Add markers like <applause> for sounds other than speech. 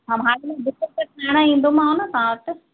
हा <unintelligible> खणण ईंदोमांव न तव्हां वटि